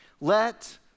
Let